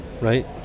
right